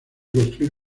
construir